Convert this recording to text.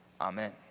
Amen